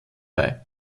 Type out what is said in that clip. bei